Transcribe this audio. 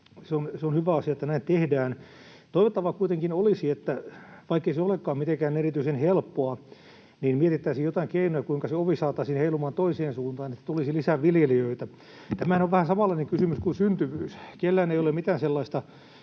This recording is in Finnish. Se on hyvä asia, että näin tehdään. Toivottavaa kuitenkin olisi, että vaikkei se olekaan mitenkään erityisen helppoa, niin mietittäisiin joitain keinoja, kuinka se ovi saataisiin heilumaan toiseen suuntaan, niin että tulisi lisää viljelijöitä. Tämähän on vähän samanlainen kysymys kuin syntyvyys: Kellään ei ole mitään sellaista